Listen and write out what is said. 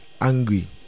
angry